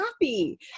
happy